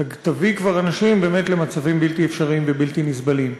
תביא כבר אנשים באמת למצבים בלתי אפשריים ובלתי נסבלים.